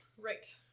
Right